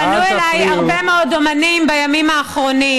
פנו אליי הרבה מאוד אומנים בימים האחרונים,